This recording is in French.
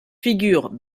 figurent